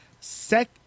sec